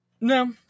No